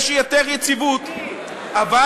יש יותר יציבות, ברגע שיש מנהיג רציני.